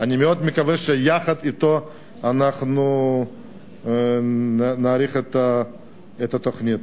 שיחד אתו אנחנו נאריך את התוכנית.